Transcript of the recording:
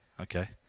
okay